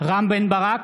רם בן ברק,